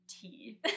tea